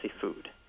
food